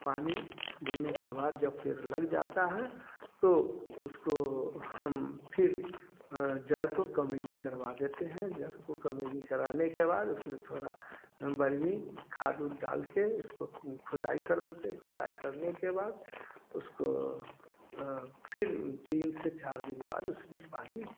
पानी देने के बाद जब पेड़ लग जाता है तो उसको हम फिर जड़ को कमयनी करवा देते हैं जड़ को कमयनी कराने के बाद उसमें थोड़ा बर्मी खाद उद डाल के उसको खुदाई कर देते है खुदाई करने के बाद उसको फिर तीन से चार दिन बाद उसमें पानी